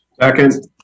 second